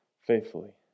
Faithfully